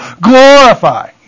glorify